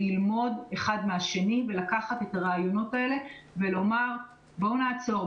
ללמוד זה מזה ולקחת את הרעיונות ולומר: בואו נעצור,